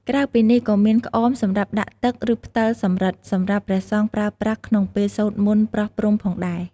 ក្រៅពីនេះក៏មាន ក្អមសម្រាប់ដាក់ទឹក ឬផ្ដិលសំរឹទ្ធ សម្រាប់ព្រះសង្ឃប្រើប្រាស់ក្នុងពេលសូត្រមន្តប្រោះព្រំផងដែរ។